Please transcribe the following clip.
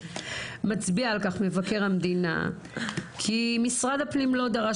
"מצביע על כך מבקר המדינה כי משרד הפנים לא דרש